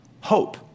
hope